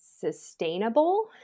sustainable